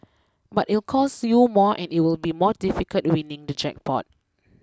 but it'll cost you more and it will be more difficult winning the jackpot